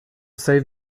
save